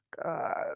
God